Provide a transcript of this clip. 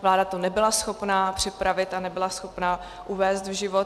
Vláda to nebyla schopna připravit a nebyla schopna uvést v život.